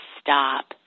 stop